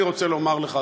אני רוצה לומר לך,